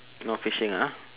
no fishing ah